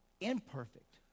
imperfect